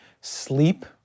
sleep